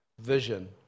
vision